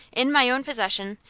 in my own possession,